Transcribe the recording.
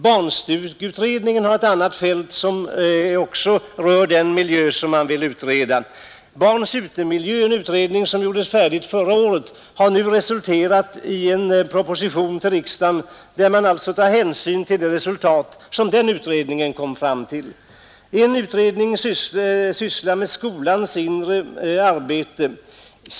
Barnstugeutredningen har ett annat fält som också rör den miljö som motionärer och reservanter vill utreda. Barns utemiljö har behandlats av en utredning som gjordes färdig förra året, och det har nu lagts fram en proposition för riksdagen där man tar hänsyn till de resultat den utredningen kom fram till. En utredning sysslar med skolans inre arbete.